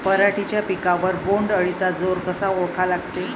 पराटीच्या पिकावर बोण्ड अळीचा जोर कसा ओळखा लागते?